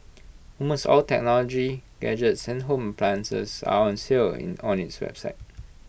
almost all technology gadgets and home appliances are on sale in on its website